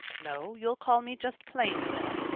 no you'll call me just plain marilla.